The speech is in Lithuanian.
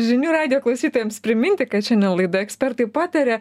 žinių radijo klausytojams priminti kad šiandien laida ekspertai pataria